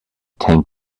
tank